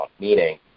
meaning